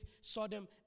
Sodom